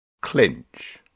clinch